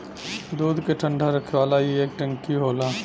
दूध के ठंडा रखे वाला ई एक टंकी होला